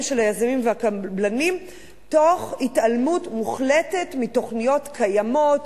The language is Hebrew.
של היזמים והקבלנים תוך התעלמות מוחלטת מתוכניות קיימות,